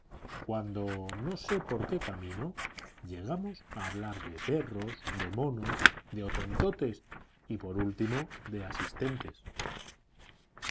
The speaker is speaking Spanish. cuando no sé por qué camino llegamos a hablar de perros de monos de hotentotes y por último de asistentes